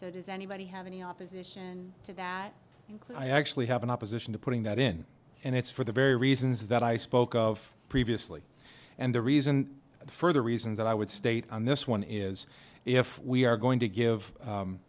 so does anybody have any opposition to that include i actually have an opposition to putting that in and it's for the very reasons that i spoke of previously and the reason for the reasons that i would state on this one is if we are going to give